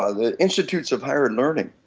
ah the institutes of higher learning,